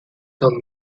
come